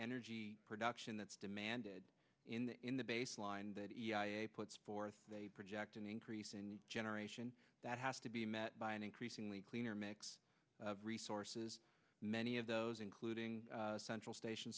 energy production that's demanded in the in the baseline that puts forth a project an increase in generation that has to be met by an increasingly cleaner mix of resources many of those including central station